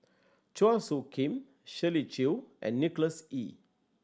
Chua Soo Khim Shirley Chew and Nicholas Ee